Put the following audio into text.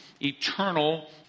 eternal